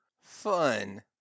Fun